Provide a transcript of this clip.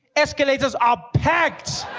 escalators are packed!